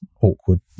awkward